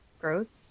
Gross